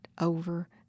over